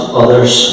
others